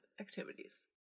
activities